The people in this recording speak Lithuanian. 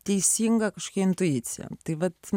teisinga kažkokia intuicija tai vat